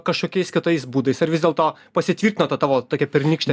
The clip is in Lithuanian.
kažkokiais kitais būdais ar vis dėlto pasitvirtino ta tavo tokia pernykštė